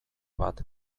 bat